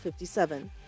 57